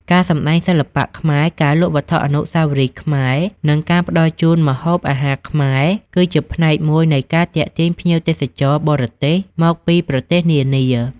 ការសម្ដែងសិល្បៈខ្មែរ ការលក់វត្ថុអនុស្សាវរីយ៍ខ្មែរ និងការផ្តល់ជូនម្ហូបអាហារខ្មែរ គឺជាផ្នែកមួយនៃការទាក់ទាញភ្ញៀវទេសចរបរទេសមកពីប្រទេសនានា។